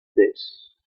this